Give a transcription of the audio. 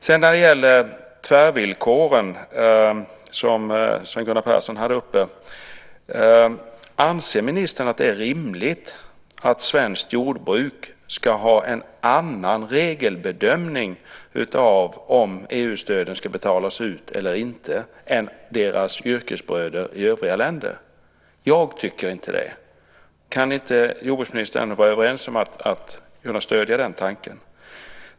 Sven Gunnar Persson tog upp tvärvillkoren. Anser ministern att det är rimligt att svenskt jordbruk ska ha en annan regelbedömning av om EU-stöden ska betalas ut än deras yrkesbröder i övriga länder? Jag tycker inte det. Kan jordbruksministern inte vara överens med mig och stödja den tanken?